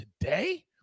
today